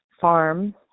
farm